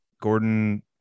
gordon